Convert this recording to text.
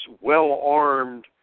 well-armed